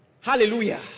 Hallelujah